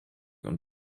und